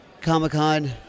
Comic-Con